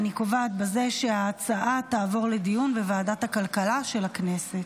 אני קובעת בזה שההצעה תעבור לדיון בוועדת הכלכלה של הכנסת.